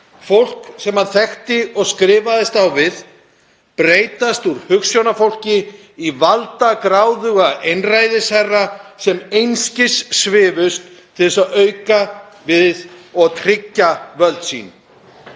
fólk sem hann þekkti og skrifaðist á við, breytast úr hugsjónafólki í valdagráðuga einræðisherra sem einskis svifust til að auka við og tryggja völd sín.